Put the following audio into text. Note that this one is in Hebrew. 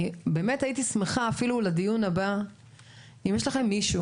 הייתי שמחה אם לדיון הבא יבוא מישהו